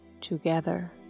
together